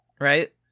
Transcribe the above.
right